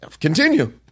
Continue